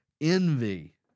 Envy